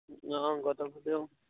অঁ